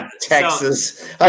Texas